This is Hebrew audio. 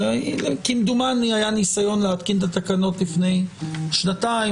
כמדומני היה ניסיון להתקין את התקנות לפני שנתיים,